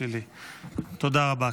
תודה רבה.